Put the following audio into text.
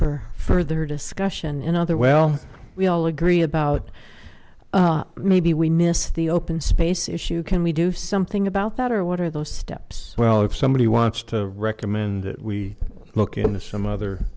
for further discussion in other well we all agree about maybe we miss the open space issue can we do something about that or what are those steps well if somebody wants to recommend that we look into some other